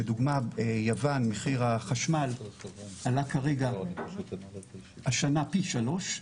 לדוגמא ביוון מחיר החשמל עלה השנה פי 3,